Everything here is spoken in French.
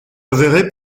avérée